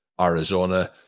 arizona